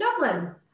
Dublin